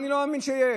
אני לא מאמין שיש.